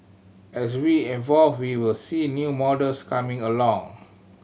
as we involve we will see new models coming along